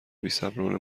بیصبرانه